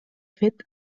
fet